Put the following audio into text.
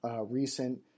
recent